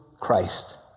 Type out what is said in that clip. Christ